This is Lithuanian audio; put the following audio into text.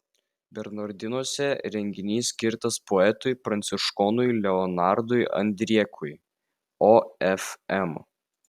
bernardinuose renginys skirtas poetui pranciškonui leonardui andriekui ofm